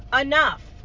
enough